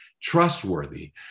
trustworthy